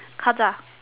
Ka Za